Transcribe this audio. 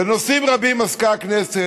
בנושאים רבים עסקה הכנסת.